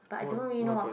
what what happen